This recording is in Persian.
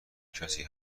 کسی